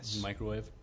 microwave